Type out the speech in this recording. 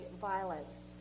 violence